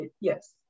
yes